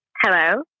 Hello